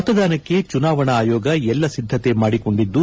ಮತದಾನಕ್ಕೆ ಚುನಾವಣಾ ಆಯೋಗ ಎಲ್ಲ ಸಿದ್ದತೆ ಮಾಡಿಕೊಂಡಿದ್ದು